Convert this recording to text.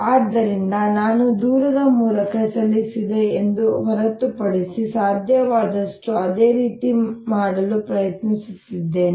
ಆದ್ದರಿಂದ ನಾನು ದೂರದ ಮೂಲಕ ಚಲಿಸಿದೆ ಎಂಬುದನ್ನು ಹೊರತುಪಡಿಸಿ ಸಾಧ್ಯವಾದಷ್ಟು ಅದೇ ರೀತಿ ಮಾಡಲು ಪ್ರಯತ್ನಿಸುತ್ತೇನೆ